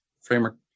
framework